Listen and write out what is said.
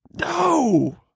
no